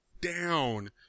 down